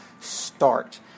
start